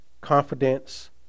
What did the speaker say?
confidence